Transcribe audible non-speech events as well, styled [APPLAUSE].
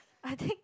I think [BREATH]